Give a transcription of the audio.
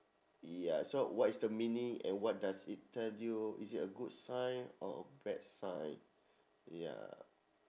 ya so what is the meaning and what does it tell you is it a good sign or a bad sign ya